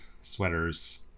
sweaters